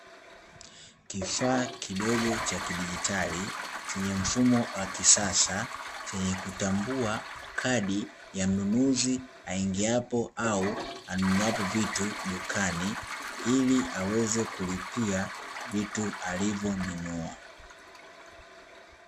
Kifaa kidogo cha kidigitali chenye mfumo wa kisasa chenye kutambua kadi ya mnunuzi aingiapo au anunuapo vitu dukani, ili aweze kulipia vitu alivyonunua.